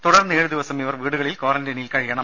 തുടർന്ന് ഏഴു ദിവസം ഇവർ വീടുകളിൽ ക്വാറന്റൈനിൽ കഴിയണം